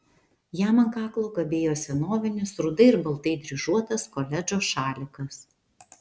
jam ant kaklo kabėjo senovinis rudai ir baltai dryžuotas koledžo šalikas